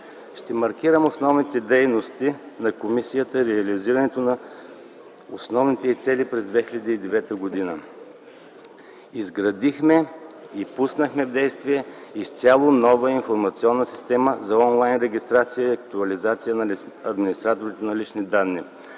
Ще маркирам основните дейности на комисията и реализирането на основните й цели през 2009 г. Изградихме и пуснахме в действие изцяло нова информационна система за онлайн регистрация и актуализация на администраторите на лични данни